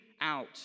out